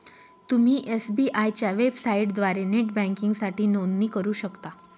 तुम्ही एस.बी.आय च्या वेबसाइटद्वारे नेट बँकिंगसाठी नोंदणी करू शकता